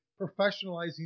professionalizing